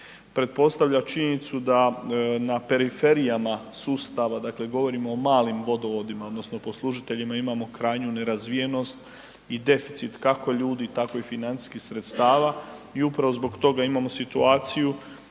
pretpostavlja činjenicu da na periferijama sustava, dakle govorimo o malim vodovodima odnosno poslužiteljima imamo krajnju nerazvijenost i deficit kako ljudi, tako i financijskih sredstava i upravo zbog toga imamo situaciju